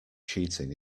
cheating